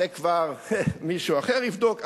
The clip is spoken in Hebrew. זה כבר מישהו אחר יבדוק,